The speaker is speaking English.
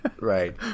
Right